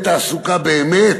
איך לעודד תעסוקה באמת,